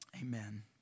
amen